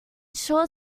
short